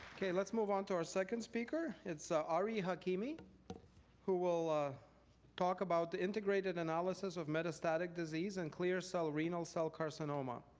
okay, let's move on to our second speaker. it's ah ari hakimi who will talk about the integrated analysis of metastatic disease and clear-cell renal-cell carcinoma.